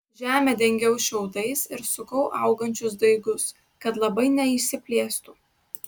žemę dengiau šiaudais ir sukau augančius daigus kad labai neišsiplėstų